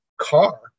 car